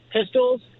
pistols